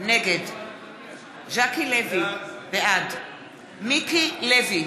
נגד ז'קי לוי, בעד מיקי לוי,